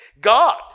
God